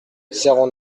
zéro